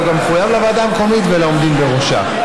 אבל הוא מחויב גם לוועדה המקומית ולעומדים בראשה.